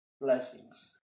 blessings